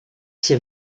się